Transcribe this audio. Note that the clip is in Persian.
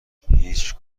هیچ